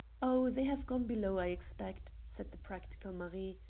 oh, they have gone below, i expect, said the practical marie.